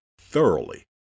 thoroughly